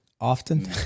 often